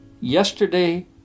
yesterday